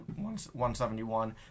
171